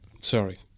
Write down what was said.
Sorry